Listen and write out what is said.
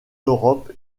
europe